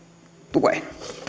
tuen